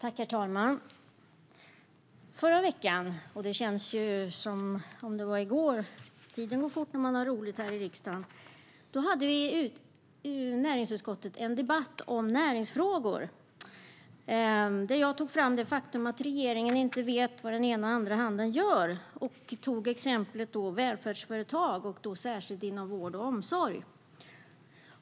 Herr talman! Förra veckan - det känns som om det var i går, för tiden går fort när man har roligt här i riksdagen - hade vi i näringsutskottet en debatt om näringsfrågor. Jag tog där upp det faktum att i regeringen vet inte den ena handen vad den andra gör och tog exemplet välfärdsföretag, då särskilt inom vård och omsorg.